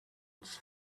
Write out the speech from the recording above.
its